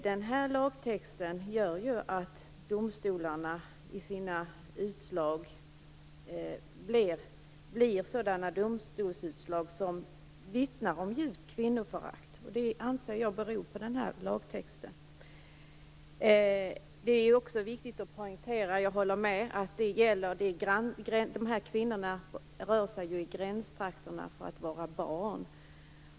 Den här lagtexten gör ju att det i domstolarna blir domstolsutslag som vittnar om djupt kvinnoförakt. Jag anser alltså att det beror på lagtexten. Jag håller med om att dessa kvinnor rör sig i gränstrakterna för att vara barn.